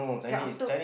ya after